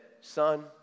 Son